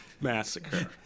massacre